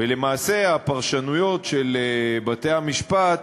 ולמעשה, הפרשנויות של בתי-המשפט